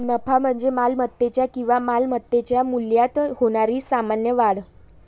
नफा म्हणजे मालमत्तेच्या किंवा मालमत्तेच्या मूल्यात होणारी सामान्य वाढ